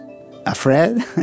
afraid